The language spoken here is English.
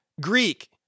Greek